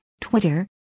Twitter